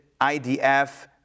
IDF